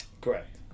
Correct